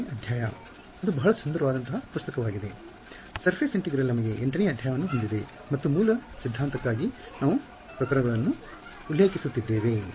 5 ನೇ ಅಧ್ಯಾಯವು ಬಹಳ ಸುಂದರವಾದ ಪುಸ್ತಕವಾಗಿದೆ ಮೇಲ್ಮೈ ಸಮಗ್ರತೆಯು ನಮಗೆ 8 ನೇ ಅಧ್ಯಾಯವನ್ನು ಹೊಂದಿದೆ ಮತ್ತು ಮೂಲ ಸಿದ್ಧಾಂತಕ್ಕಾಗಿ ನಾವು ಈ ಪ್ರಕರಣಗಳನ್ನು ಉಲ್ಲೇಖಿಸುತ್ತಿದ್ದೇವೆ